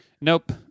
Nope